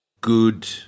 good